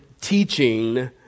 teaching